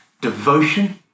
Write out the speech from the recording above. devotion